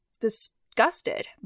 disgusted